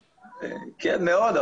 מאוד,